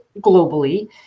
globally